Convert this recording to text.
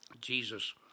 jesus